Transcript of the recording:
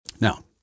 Now